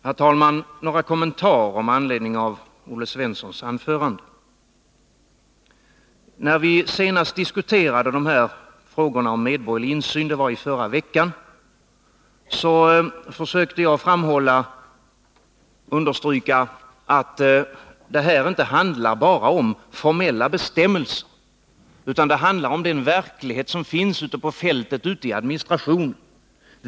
Herr talman! Låt mig göra några kommentarer med anledning av Olle Svenssons anförande. När vi senast diskuterade frågan om medborgerlig insyn — det var i förra veckan — försökte jag understryka att det inte handlar bara om formella bestämmelser utan också om den verklighet som finns ute på fältet, ute i administrationen.